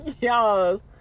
Y'all